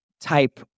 type